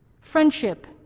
friendship